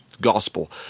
gospel